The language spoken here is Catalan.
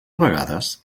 vegades